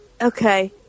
Okay